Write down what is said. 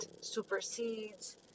supersedes